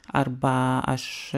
arba aš